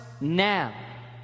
now